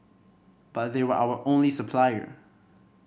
but they were our only supplier